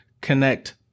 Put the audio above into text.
connect